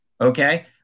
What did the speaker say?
Okay